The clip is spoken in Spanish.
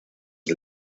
del